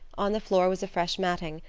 on the floor was a fresh matting,